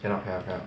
cannot cannot cannot